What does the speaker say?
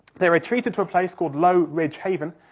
they retreated to a place called low ridge haven,